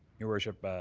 your worship,